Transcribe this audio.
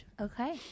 Okay